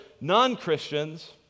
non-Christians